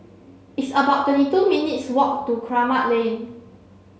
it's about twenty two minutes' walk to Kramat Lane